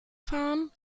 fahren